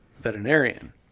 veterinarian